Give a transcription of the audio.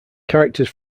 characters